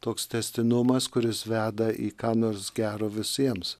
toks tęstinumas kuris veda į ką nors gero visiems